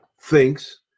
thinks